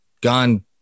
gone